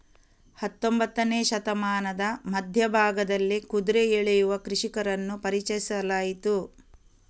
ಹತ್ತೊಂಬತ್ತನೇ ಶತಮಾನದ ಮಧ್ಯ ಭಾಗದಲ್ಲಿ ಕುದುರೆ ಎಳೆಯುವ ಕೃಷಿಕರನ್ನು ಪರಿಚಯಿಸಲಾಯಿತು